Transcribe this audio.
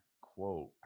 quote